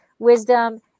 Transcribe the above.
wisdom